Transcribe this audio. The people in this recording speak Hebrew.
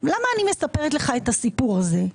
למה אני מספרת לך את הסיפור הזה?